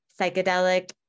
psychedelic